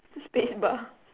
spacebar